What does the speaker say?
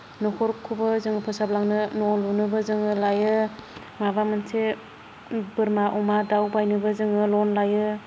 न'खरखौबो जोङो फोसाबलांनो न' लुनोबो जोङो लायो माबा मोनसे बोरमा अमा दाउ बायनोबो जोङो लन लायो